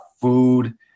food